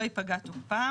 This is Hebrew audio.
יש כל מיני